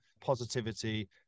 positivity